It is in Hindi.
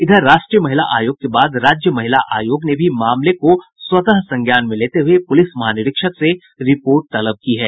इधर राष्ट्रीय महिला आयोग के बाद राज्य महिला आयोग ने भी मामले में स्वतः संज्ञान लेते हुये पुलिस महानिरीक्षक से रिपोर्ट तलब की है